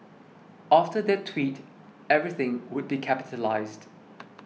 after that tweet everything would be capitalised